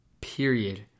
period